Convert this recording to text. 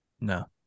No